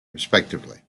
respectively